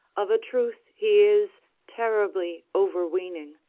of a truth he is terribly overweening.